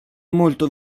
molto